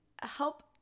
help